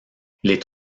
les